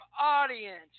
audience